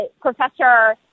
professor